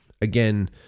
again